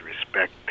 respect